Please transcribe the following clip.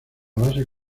base